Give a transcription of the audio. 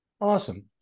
Awesome